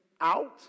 out